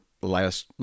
last